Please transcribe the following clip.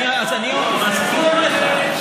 אז אני מזכיר לך,